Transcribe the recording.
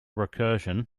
recursion